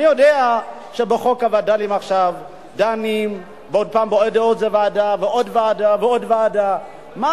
אני יודע שבחוק הווד"לים דנים עכשיו בעוד ועדה ועוד ועדה ועוד בעיה.